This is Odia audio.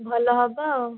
ଭଲ ହେବ ଆଉ